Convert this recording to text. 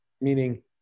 meaning